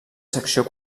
secció